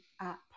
app